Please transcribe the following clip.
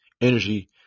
energy